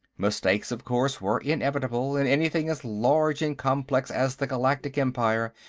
mistakes, of course, were inevitable in anything as large and complex as the galactic empire,